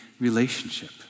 relationship